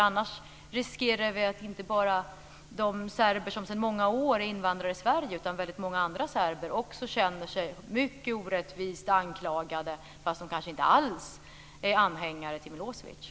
Annars riskerar vi att inte bara de serber som sedan många år är invandrare i Sverige utan också väldigt många andra serber känner sig mycket orättvist anklagade fast de kanske inte alls är anhängare till Milosevic.